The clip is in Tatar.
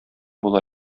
була